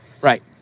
Right